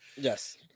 Yes